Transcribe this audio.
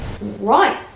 Right